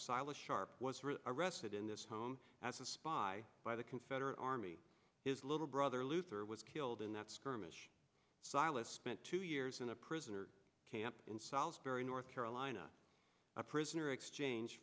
silas sharp was arrested in this home as a spy by the confederate army his little brother luther was killed in that skirmish silas spent two years in a prisoner in salisbury north carolina a prisoner exchange